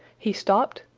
he stopped,